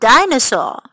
Dinosaur